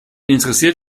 interessiert